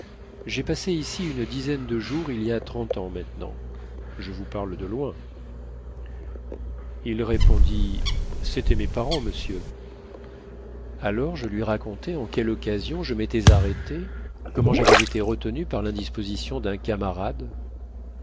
j'ai passé ici une dizaine de jours il y a trente ans maintenant je vous parle de loin il répondit c'étaient mes parents monsieur alors je lui racontai en quelle occasion je m'étais arrêté comment j'avais été retenu par l'indisposition d'un camarade